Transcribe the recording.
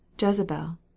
jezebel